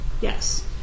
Yes